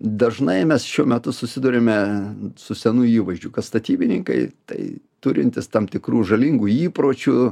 dažnai mes šiuo metu susiduriame su senu įvaizdžiu kad statybininkai tai turintys tam tikrų žalingų įpročių